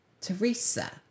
Teresa